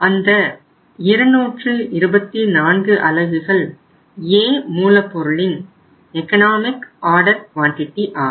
அந்த 224 அலகுகள் A மூலப்பொருளின் எக்கனாமிக் ஆர்டர் குவாண்டிடி ஆகும்